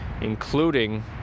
including